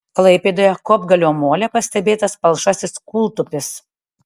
klaipėdoje kopgalio mole pastebėtas palšasis kūltupis